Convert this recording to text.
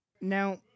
now